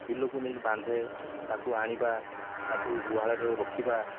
ବିଲକୁ ନେଇ ବାନ୍ଧେ ତାକୁ ଆଣିବା ତାକୁ ଗୁହାଳରେ ରଖିବା